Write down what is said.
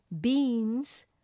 Beans